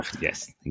yes